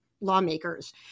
lawmakers